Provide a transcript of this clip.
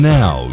now